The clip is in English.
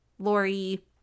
Lori